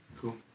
Cool